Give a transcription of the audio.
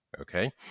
okay